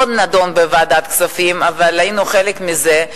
שלא נדון בוועדת הכספים אבל הינו חלק מזה.